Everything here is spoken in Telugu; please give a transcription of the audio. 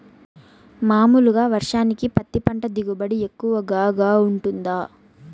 మామూలుగా వర్షానికి పత్తి పంట దిగుబడి ఎక్కువగా గా వుంటుందా?